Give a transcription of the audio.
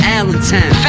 Allentown